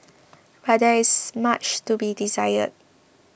but there is much to be desired